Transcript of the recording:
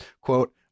Quote